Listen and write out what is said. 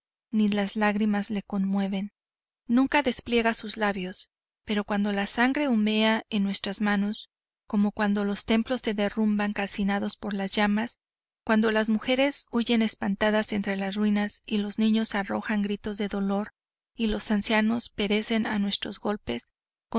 ni las lágrimas le conmueven nunca despliega sus labios pero cuando la sangre humea en nuestras manos como cuando los templos se derrumban calcinados por las llamas cuando las mujeres huyen espantadas entre las ruinas y los niños arrojan gritos de dolor y los ancianos perecen a nuestros golpes